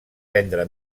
vendre